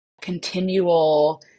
continual